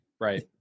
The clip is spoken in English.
Right